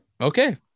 Okay